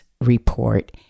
report